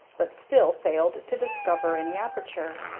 but still failed to discover any aperture.